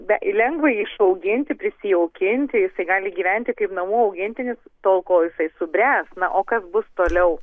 lengva jį išauginti prisijaukinti jisai gali gyventi kaip namų augintinis tol kol jisai subręs na o kas bus toliau